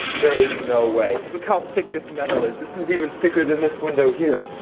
there is no way. look how thick this metal is, this is even thicker than this window here.